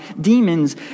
demons